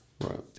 Right